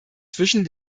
zwischen